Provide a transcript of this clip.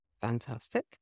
Fantastic